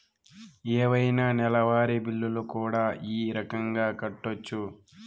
ఏవైనా నెలవారి బిల్లులు కూడా ఈ రకంగా కట్టొచ్చు